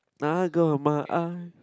nah go my eye